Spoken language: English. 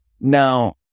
Now